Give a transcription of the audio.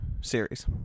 series